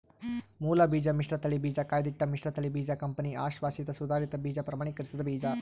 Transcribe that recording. ಮೂಲಬೀಜ ಮಿಶ್ರತಳಿ ಬೀಜ ಕಾಯ್ದಿಟ್ಟ ಮಿಶ್ರತಳಿ ಬೀಜ ಕಂಪನಿ ಅಶ್ವಾಸಿತ ಸುಧಾರಿತ ಬೀಜ ಪ್ರಮಾಣೀಕರಿಸಿದ ಬೀಜ